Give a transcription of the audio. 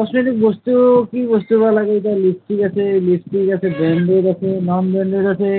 cosmetic বস্তু কি বস্তু বা লাগে এতিয়া লিপষ্টিক আছে লিপষ্টিক আছে ব্ৰেন্ডেত আছে নন ব্ৰেন্ডেত আছে